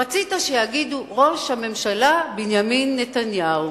רצית שיגידו: ראש הממשלה בנימין נתניהו,